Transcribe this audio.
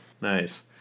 Nice